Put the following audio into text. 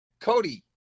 Cody